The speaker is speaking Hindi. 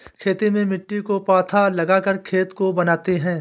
खेती में मिट्टी को पाथा लगाकर खेत को बनाते हैं?